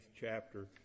chapter